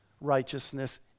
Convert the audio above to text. righteousness